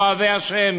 אוהבי ה',